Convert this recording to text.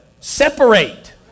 separate